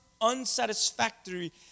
Unsatisfactory